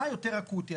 מה יותר אקוטי.